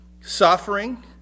suffering